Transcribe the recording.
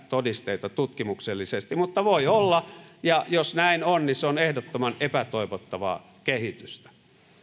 todisteita tutkimuksellisesti mutta voi olla ja jos näin on niin se on ehdottoman epätoivottavaa kehitystä